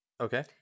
Okay